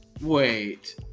Wait